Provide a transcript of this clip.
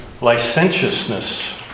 licentiousness